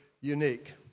unique